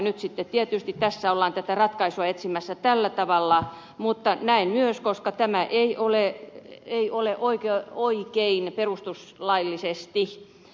nyt sitten tietysti tässä ollaan tätä ratkaisua etsimässä tällä tavalla mutta näen myös että tämä ei ole oikein perustuslaillisesti